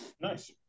nice